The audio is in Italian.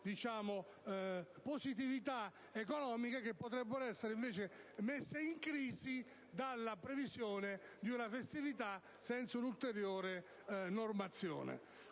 positività economiche che, invece avrebbero potuto essere messe in crisi dalla previsione di una festività senza un'ulteriore normazione.